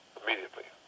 immediately